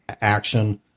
action